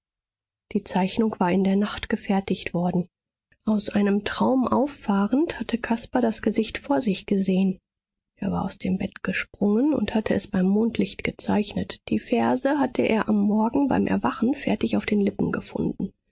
die zeichnung war in der nacht gefertigt worden aus einem traum auffahrend hatte caspar das gesicht vor sich gesehen er war aus dem bett gesprungen und hatte es beim mondlicht gezeichnet die verse hatte er am morgen beim erwachen fertig auf den lippen gefunden